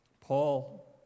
Paul